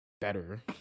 Better